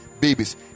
babies